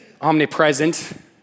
omnipresent